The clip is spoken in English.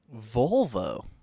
Volvo